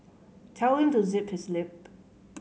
tell him to zip his lip